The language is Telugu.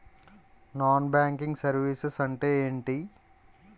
నాన్ బ్యాంకింగ్ సర్వీసెస్ అంటే ఎంటి?